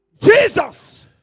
Jesus